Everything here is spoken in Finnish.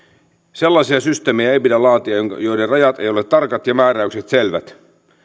sellaisia systeemejä ei pidä laatia joiden rajat eivät ole tarkat ja määräykset selvät